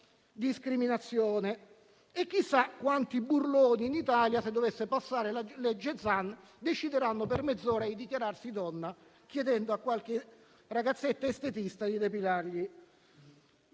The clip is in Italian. Chissà quanti burloni in Italia, se dovesse passare la legge Zan, decideranno per mezz'ora di dichiararsi donna chiedendo a qualche ragazzetta estetista gli depilargli